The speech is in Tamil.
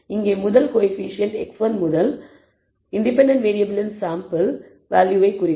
எனவே இங்கே முதல் கோஎஃபீஷியேன்ட் x1 முதல் இண்டிபெண்டன்ட் வேறியபிளின் சாம்பிள் வேல்யூவை குறிக்கும்